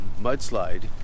mudslide